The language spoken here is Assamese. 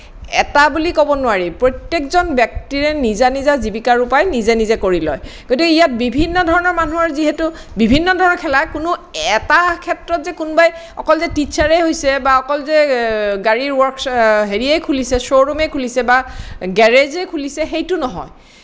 এটা বুলি ক'ব নোৱাৰি প্ৰত্যেকজন ব্যক্তিৰে নিজা নিজা জীৱিকাৰ উপায় নিজে নিজে কৰি লয় গতিকে ইয়াত বিভিন্ন ধৰণৰ মানুহৰ যিহেতু বিভিন্ন ধৰণৰ খেলা কোনো এটা ক্ষেত্ৰত যে কোনোবাই অকল যে টিচাৰে হৈছে বা অকল যে গাড়ীৰ ৱৰ্ক্ছ হেৰিয়েই খুলিছে শ্ব'ৰুমেই খুলিছে বা গেৰেজেই খুলিছে সেইটো নহয়